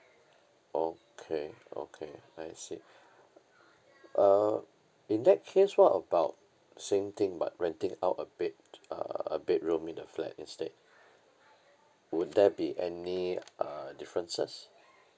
okay okay I see uh in that case what about same thing but renting out a bed~ uh a bedroom in the flat instead would there be any uh differences